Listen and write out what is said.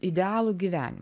idealų gyvenimą